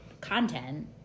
content